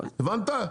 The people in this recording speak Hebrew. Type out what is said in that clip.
הבנת?